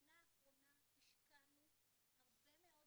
בשנה האחרונה אנחנו השקענו הרבה מאוד